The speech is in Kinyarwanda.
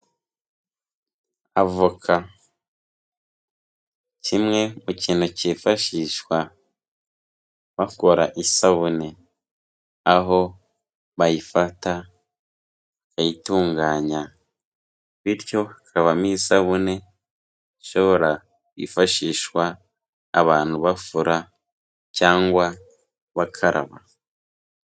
Avoka kimwe mu kintu cyifashishwa bakora isabune, aho bayifata bakayitunganya, bityo hakavamo isabune ishora kwifashishwa abantu bafura cyangwa bakaraba.